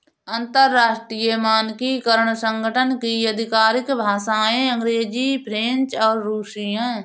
अंतर्राष्ट्रीय मानकीकरण संगठन की आधिकारिक भाषाएं अंग्रेजी फ्रेंच और रुसी हैं